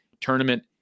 Tournament